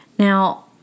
Now